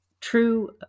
true